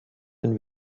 wenn